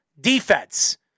defense